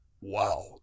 wow